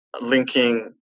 linking